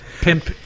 pimp